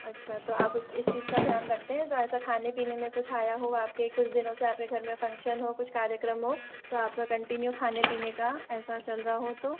अच्छा तो आप उस इस चीज़ का ध्यान रखते हैं तो ऐसा खाने पीने में कुछ आया हो आपके कुछ दिनों से आपके घर में फंक्शन हो कुछ कार्यक्रम हो तो आपका कंटिन्यू खाने पीने का ऐसा चल रहा हो तो